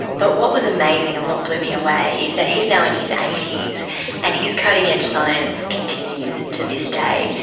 but what was amazing and what blew me away is that he is now in his eighty s and his cutting-edge science continues to this day,